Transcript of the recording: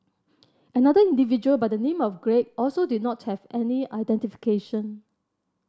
another individual by the name of Greg also did not have any identification